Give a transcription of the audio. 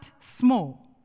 small